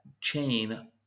chain